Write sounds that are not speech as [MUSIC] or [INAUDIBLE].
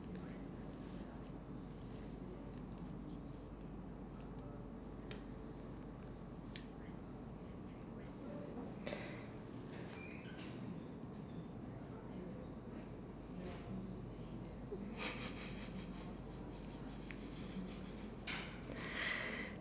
[LAUGHS]